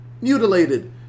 mutilated